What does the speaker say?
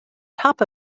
top